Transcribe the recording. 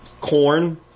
Corn